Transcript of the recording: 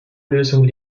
lösung